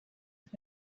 und